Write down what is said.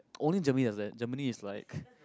only Germany like that Germany is like